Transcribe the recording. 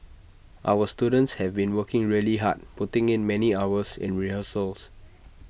our students have been working really hard putting in many hours in rehearsals